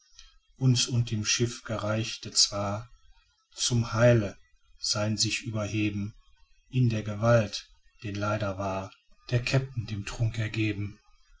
uns und dem schiff gereichte zwar zum heile sein sichüberheben in der gewalt denn leider war der kapitän dem trunk ergeben